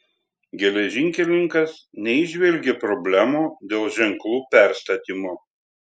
geležinkelininkas neįžvelgė problemų dėl ženklų perstatymo